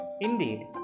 Indeed